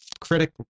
critic